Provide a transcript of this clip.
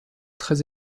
très